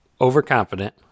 overconfident